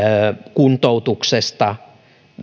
kuntoutuksesta